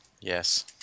yes